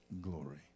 Glory